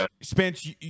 Spence